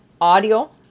audio